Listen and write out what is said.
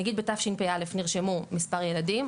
נגיד בתשפ"א נרשמו מספר ילדים ,